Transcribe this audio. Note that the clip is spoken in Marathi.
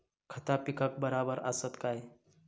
खता पिकाक बराबर आसत काय?